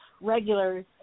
regulars